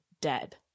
dead